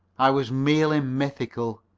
i was merely mythical.